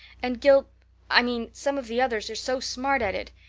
and gil i mean some of the others are so smart at it.